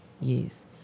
Yes